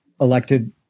elected